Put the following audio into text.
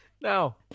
Now